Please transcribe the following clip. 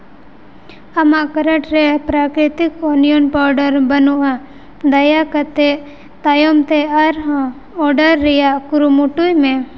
ᱟᱢᱟᱜ ᱠᱟᱨᱮᱴ ᱨᱮ ᱯᱨᱟᱠᱨᱤᱛᱤᱠ ᱠᱚ ᱚᱱᱤᱭᱚᱱ ᱯᱟᱣᱰᱟᱨ ᱵᱟᱹᱱᱩᱜᱼᱟ ᱫᱟᱭᱟ ᱠᱟᱛᱮᱫ ᱛᱟᱭᱚᱢᱛᱮ ᱟᱨᱦᱚᱸ ᱚᱰᱟᱨ ᱨᱮᱭᱟᱜ ᱠᱩᱨᱩᱢᱩᱴᱩᱭ ᱢᱮ